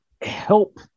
help